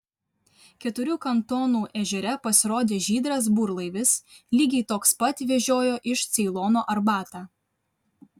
keturių kantonų ežere pasirodė žydras burlaivis lygiai toks pat vežiojo iš ceilono arbatą